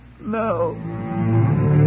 No